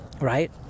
Right